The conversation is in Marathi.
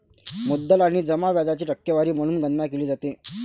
मुद्दल आणि जमा व्याजाची टक्केवारी म्हणून गणना केली जाते